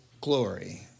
glory